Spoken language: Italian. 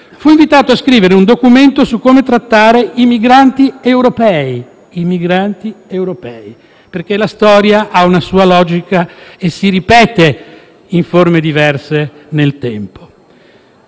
fu invitato a scrivere un documento su come trattare i migranti europei, perché la storia ha una sua logica e si ripete in forme diverse nel tempo.